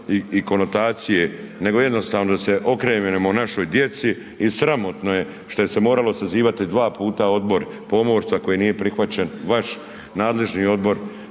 i konotacije nego jednostavno se okrenemo našoj djeci i sramotno je šta se morali sazivati dva puta odbor pomorstva koji nije prihvaćen, vaš nadležni odbor